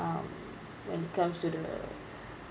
um when it comes to the